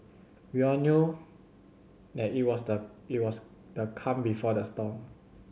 we all knew that it was the it was the calm before the storm